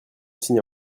cinéma